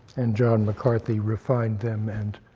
and john mccarthy refined them and